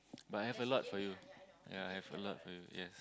but I have a lot for you ya I have a lot for you yes